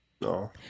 No